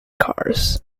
cars